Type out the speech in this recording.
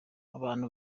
abantu